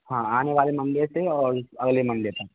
हाँ आने वाले मंडे से और अगले मंडे तक